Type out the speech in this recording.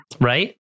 Right